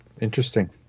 interesting